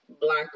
black